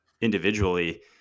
individually